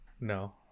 No